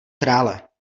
krále